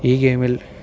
ഈ ഗെയിമിൽ